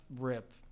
rip